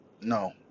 No